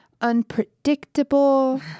unpredictable